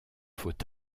faut